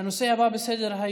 הנושא הבא בסדר-היום,